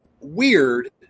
weird